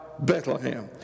Bethlehem